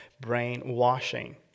brainwashing